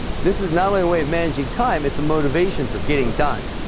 this is not only a way of managing time. it's a motivation for getting done